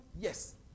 Yes